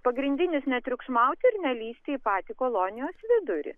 pagrindinis netriukšmauti ir nelįsti į patį kolonijos vidurį